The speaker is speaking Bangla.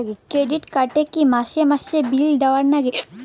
ক্রেডিট কার্ড এ কি মাসে মাসে বিল দেওয়ার লাগে?